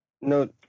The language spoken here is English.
No